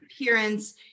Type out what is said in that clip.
appearance